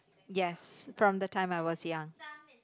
yes from the time I was young